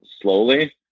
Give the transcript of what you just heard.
slowly